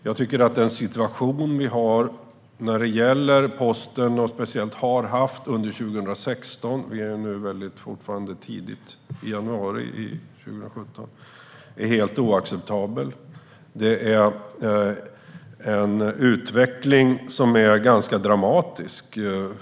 Jag tycker att den situation vi har och speciellt har haft under 2016 - vi är nu inne i januari 2017 - när det gäller posten är helt oacceptabel. Det är en utveckling som är ganska dramatisk.